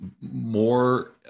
more